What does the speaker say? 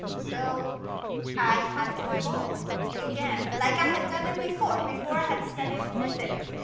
so i had to evolve again, like i had done it before. before, i had studied physics.